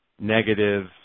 negative